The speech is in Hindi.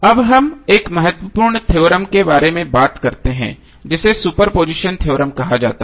अब हम एक महत्वपूर्ण थ्योरम के बारे में बात करते हैं जिसे सुपरपोजिशन थ्योरम कहा जाता है